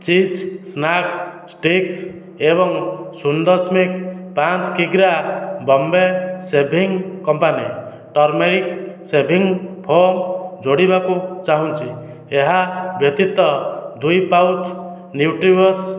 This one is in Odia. ଚିଜ୍ ସ୍ନାକ୍ ଷ୍ଟିକ୍ସ୍ ଏବଂ ଶୂନ ଦଶମିକ ପାଞ୍ଚ କିଗ୍ରା Bombay shaving company turmeric shaving foam ଯୋଡ଼ିବାକୁ ଚାହୁଁଛି ଏହା ବ୍ୟତୀତ ଦୁଇ ପାଉଚ୍ ନ୍ୟୁଟ୍ରିୱାସ୍